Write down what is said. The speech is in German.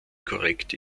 korrekt